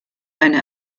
eine